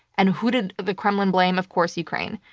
and who did the kremlin blame? of course, ukraine.